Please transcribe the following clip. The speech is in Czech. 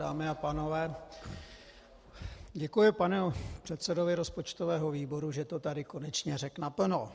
Dámy a pánové, děkuji panu předsedovi rozpočtového výboru, že to tady konečně řekl naplno.